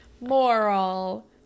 Moral